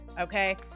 okay